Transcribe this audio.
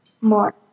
more